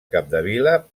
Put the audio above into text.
capdevila